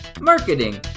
marketing